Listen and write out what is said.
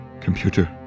Computer